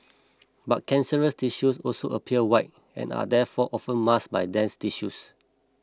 but cancerous tissues also appear white and are therefore often masked by dense tissues